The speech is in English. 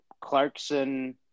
Clarkson